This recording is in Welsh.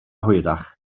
hwyrach